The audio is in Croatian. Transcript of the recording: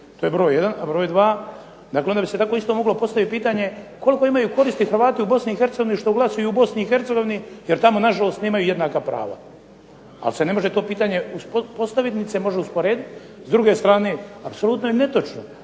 To je broj jedan. Broj dva, dakle onda bi se isto tako moglo postaviti pitanje koliko imaju koristi Hrvati u Bosni i Hercegovini što glasaju u Bosni i Hercegovini jer tamo nažalost nemaju jednaka prava. Ali se ne može to pitanje postaviti niti se može usporedit. S druge strane, apsolutno je netočno